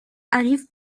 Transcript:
arrivent